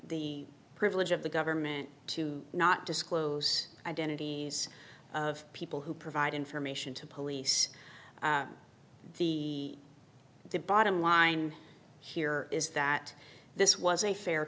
the privilege of the government to not disclose identities of people who provide information to police the the bottom line here is that this was a fair